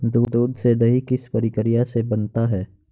दूध से दही किस प्रक्रिया से बनता है?